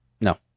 No